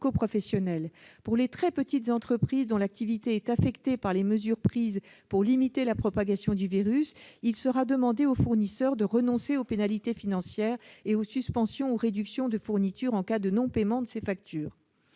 pour les très petites entreprises, dont l'activité est affectée par les mesures prises pour limiter la propagation du virus, il sera demandé aux fournisseurs de renoncer aux pénalités financières et aux suspensions ou réductions de fourniture, en cas de non-paiement de ces factures